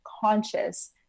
conscious